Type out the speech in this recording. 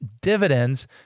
dividends